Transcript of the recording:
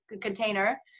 container